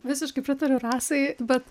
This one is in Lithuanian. visiškai pritariu rasai bet